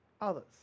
others